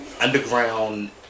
underground